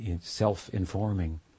self-informing